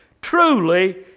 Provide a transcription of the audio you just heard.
Truly